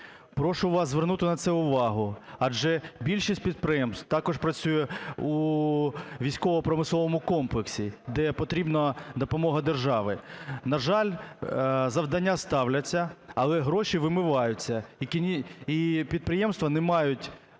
Прошу вас звернути на це увагу, адже більшість підприємств також працює у військово-промисловому комплексі, де потрібна допомога держави. На жаль, завдання ставляться, але гроші вимиваються, і підприємства не мають